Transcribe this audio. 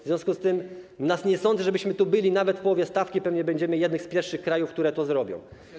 W związku z tym nie sądzę, żebyśmy tu byli nawet w połowie stawki, pewnie będziemy jednym z pierwszych krajów, które to zrobią.